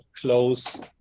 close